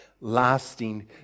lasting